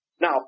Now